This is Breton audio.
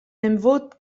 emvod